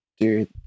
Dude